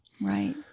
Right